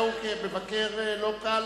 כמבקר לא קל